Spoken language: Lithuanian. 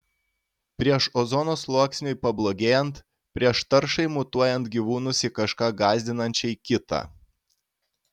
prieš ozono sluoksniui pablogėjant prieš taršai mutuojant gyvūnus į kažką gąsdinančiai kitą